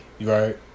right